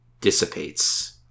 dissipates